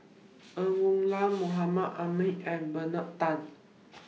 Ng Woon Lam Mahmud Ahmad and Bernard Tan